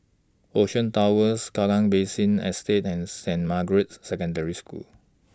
Ocean Towers Kallang Basin Estate and Saint Margaret's Secondary School